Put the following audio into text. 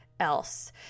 else